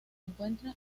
encuentra